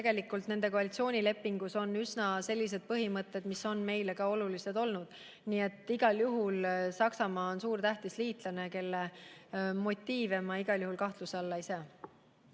valitsuse koalitsioonilepingus on üsna sellised põhimõtted, mis on meile olulised olnud. Nii et igal juhul on Saksamaa suur ja tähtis liitlane, kelle motiive ma kahtluse alla ei sea.